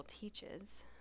teaches